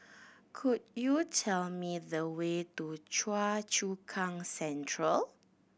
could you tell me the way to Choa Chu Kang Central